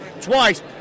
twice